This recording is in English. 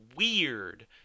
weird